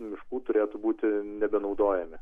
miškų turėtų būti nebenaudojami